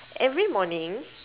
every morning